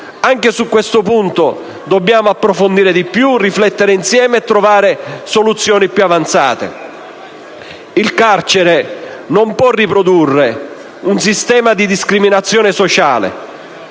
anche questo punto, riflettere insieme e trovare soluzioni più avanzate. Il carcere non può riprodurre un sistema di discriminazione sociale: